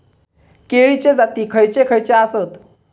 केळीचे जाती खयचे खयचे आसत?